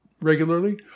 regularly